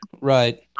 right